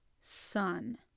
son